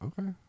Okay